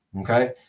Okay